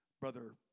Brother